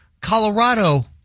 Colorado